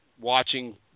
watching